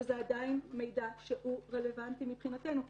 וזה עדיין מידע שהוא רלוונטי מבחינתנו.